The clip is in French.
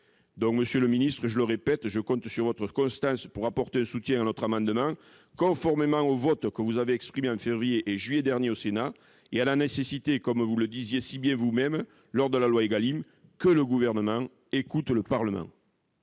Monsieur le ministre, je le répète, je compte sur votre constance pour apporter un soutien à notre amendement, conformément au vote que vous avez exprimé en février et juillet derniers au Sénat, et à la nécessité, comme vous le disiez si bien vous-même lors de l'examen de la loi ÉGALIM, que le Gouvernement écoute le Parlement.